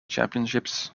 championships